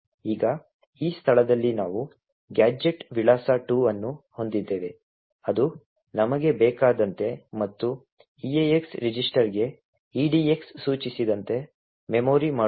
ಈಗ ಈ ಸ್ಥಳದಲ್ಲಿ ನಾವು ಗ್ಯಾಜೆಟ್ ವಿಳಾಸ 2 ಅನ್ನು ಹೊಂದಿದ್ದೇವೆ ಅದು ನಮಗೆ ಬೇಕಾದಂತೆ ಮತ್ತು eax ರಿಜಿಸ್ಟರ್ಗೆ edx ಸೂಚಿಸಿದಂತೆ ಮೆಮೊರಿ ಮಾಡುತ್ತದೆ